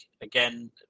Again